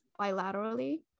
bilaterally